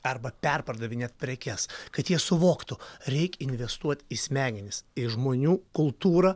arba perpardavinėt prekes kad jie suvoktų reik investuot į smegenis į žmonių kultūrą